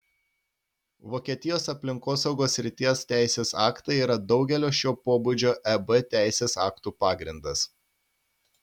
vokietijos aplinkosaugos srities teisės aktai yra daugelio šio pobūdžio eb teisės aktų pagrindas